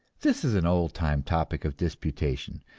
this is an old-time topic of disputation.